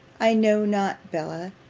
i know not, bella,